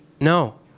no